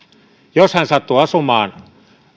jos hän sattuu asumaan